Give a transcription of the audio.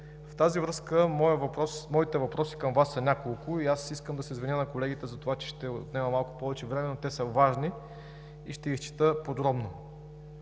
В тази връзка моите въпроси към Вас са няколко. Искам да се извиня на колегите за това, че ще отнема малко повече време, но те са важни и ще ги изчета подробно.